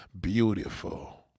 Beautiful